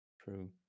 True